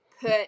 put